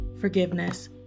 forgiveness